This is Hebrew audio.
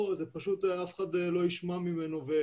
אף אחד לא ישמע ממנו.